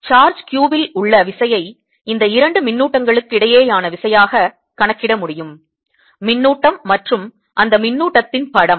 charge q இல் உள்ள விசையை இந்த இரண்டு மின்னூட்டங்களுக் கிடையேயான விசையாக கணக்கிட முடியும் மின்னூட்டம் மற்றும் அந்த மின்னூட்டத்தின் படம்